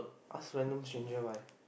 ask random stranger buy